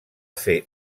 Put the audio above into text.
fer